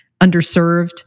underserved